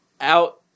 out